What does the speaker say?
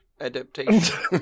adaptation